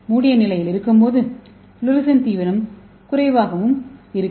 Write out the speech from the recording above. மூடிய நிலையில் இருக்கும்போது ஃப்ளோரசன் தீவிரம் குறைவாக இருக்கும்